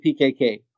PKK